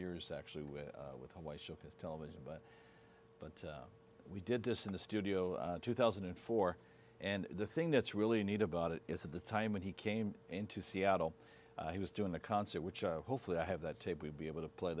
years actually with with a wife of his television but but we did this in the studio two thousand and four and the thing that's really neat about it is at the time when he came into seattle he was doing the concert which hopefully i have that tape we'll be able to play